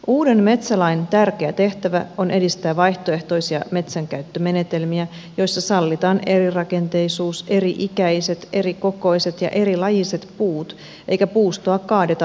uuden metsälain tärkeä tehtävä on edistää vaihtoehtoisia metsänkäyttömenetelmiä joissa sallitaan erirakenteisuus eri ikäiset erikokoiset ja erilajiset puut eikä puustoa kaadeta avohakkuilla